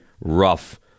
rough